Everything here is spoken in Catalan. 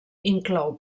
inclou